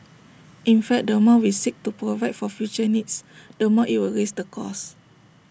in fact the more we seek to provide for future needs the more IT will raise the cost